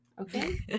okay